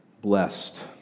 blessed